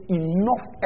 enough